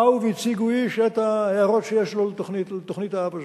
באו והציגו איש את ההערות שיש לו לתוכנית-האב הזאת.